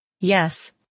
Yes